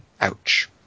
Ouch